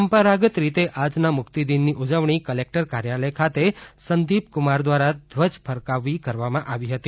પરંપરાગત રીતે આજના મુક્તિદિનની ઉજવણી કલેક્ટર કાર્યાલય ખાતે સંદીપ કુમાર દ્વારા ધ્વજ ફરકાવી કરવામાં આવી હતી